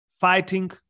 fighting